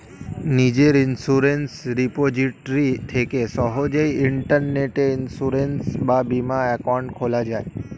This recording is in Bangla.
নিজের ইন্সুরেন্স রিপোজিটরি থেকে সহজেই ইন্টারনেটে ইন্সুরেন্স বা বীমা অ্যাকাউন্ট খোলা যায়